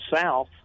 south